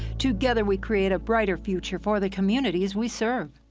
together, we create a brighter future for the communities we serve.